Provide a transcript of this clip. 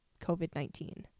COVID-19